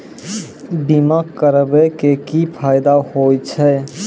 बीमा करबै के की फायदा होय छै?